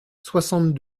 soixante